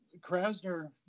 Krasner